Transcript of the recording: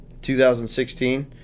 2016